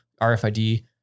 RFID